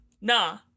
nah